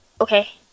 Okay